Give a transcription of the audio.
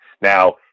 Now